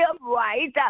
right